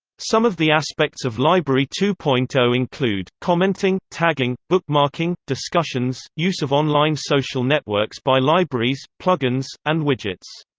some of the aspects of library two point zero include, commenting, tagging, bookmarking, discussions, use of online social networks by libraries, plug-ins, and widgets.